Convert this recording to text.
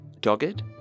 dogged